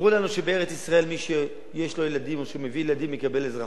אמרו לנו שבארץ-ישראל מי שיש לו ילדים או שמביא ילדים מקבל אזרחות.